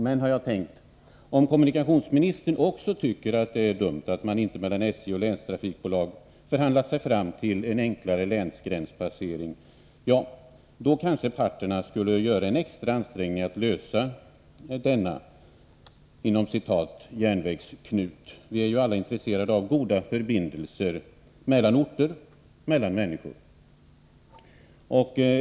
Men, har jag tänkt, om kommunikationsministern också tycker att det är dumt att man inte mellan SJ och länstrafikbolag förhandlar sig fram till enklare länsgränspasseringar, ja, då kanske parterna skulle göra en extra ansträngning att lösa denna ”järnvägsknut”. De är ju alla intresserade av goda förbindelser mellan orter och mellan människor.